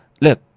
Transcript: Look